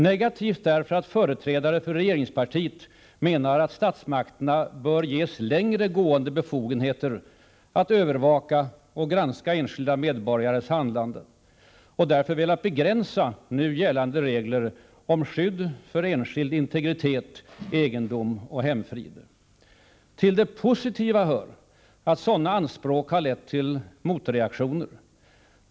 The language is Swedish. Negativt därför att företrädare för regeringspartiet menar att statsmakterna bör ges längre gående befogenheter att övervaka och granska enskilda medborgares handlande och därför velat begränsa nu gällande regler om skydd för enskild integritet, egendom och hemfrid. Till det positiva hör att sådana anspråk lett till motreaktioner.